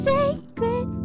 Sacred